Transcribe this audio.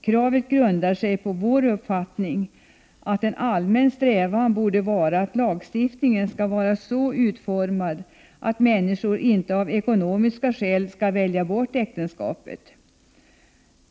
Kravet grundar sig på vår uppfattning att en allmän strävan borde vara att lagstiftningen skall vara så utformad att människor inte av ekonomiska skäl skall välja bort äktenskapet.